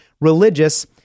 religious